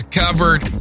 covered